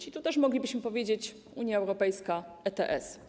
I tu też moglibyśmy powiedzieć: Unia Europejska, ETS.